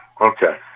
okay